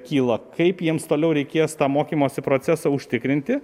kyla kaip jiems toliau reikės tą mokymosi procesą užtikrinti